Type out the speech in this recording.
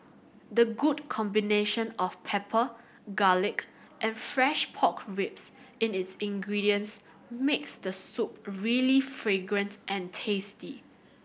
the good combination of pepper garlic and fresh pork ribs in its ingredients makes the soup really fragrant and tasty